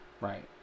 right